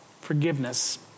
Forgiveness